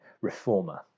reformer